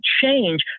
change